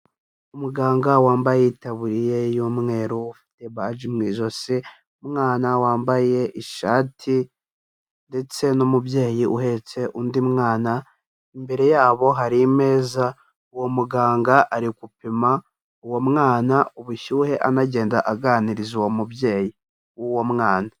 Umuganga wambaye itaburiya y'umweru, ufite baji mu ijosi, umwana wambaye ishati ndetse n'umubyeyi uhetse undi mwana, imbere yabo hari imeza, uwo muganga ari gupima uwo mwana ubushyuhe, anagenda aganiriza uwo mubyeyi w'uwo mwana.